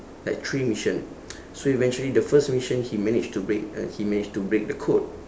like three mission so eventually the first mission he manage to break uh he manage to break the code